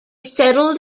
settled